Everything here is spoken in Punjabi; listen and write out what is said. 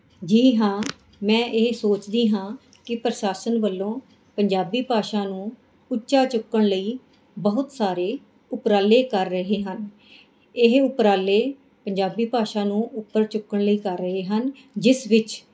ਜੀ ਹਾਂ ਮੈਂ ਇਹ ਸੋਚਦੀ ਹਾਂ ਕਿ ਪ੍ਰਸ਼ਾਸਨ ਵੱਲੋਂ ਪੰਜਾਬੀ ਭਾਸ਼ਾ ਨੂੰ ਉੱਚਾ ਚੁੱਕਣ ਲਈ ਬਹੁਤ ਸਾਰੇ ਉਪਰਾਲੇ ਕਰ ਰਹੇ ਹਨ ਇਹ ਉਪਰਾਲੇ ਪੰਜਾਬੀ ਭਾਸ਼ਾ ਨੂੰ ਉੱਪਰ ਚੁੱਕਣ ਲਈ ਕਰ ਰਹੇ ਹਨ ਜਿਸ ਵਿੱਚ